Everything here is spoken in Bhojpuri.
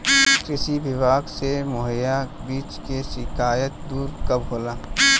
कृषि विभाग से मुहैया बीज के शिकायत दुर कब होला?